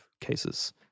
cases